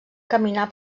caminar